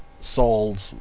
sold